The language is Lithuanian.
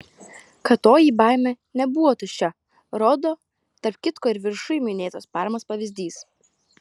kad toji baimė nebuvo tuščia rodo tarp kitko ir viršuj minėtos parmos pavyzdys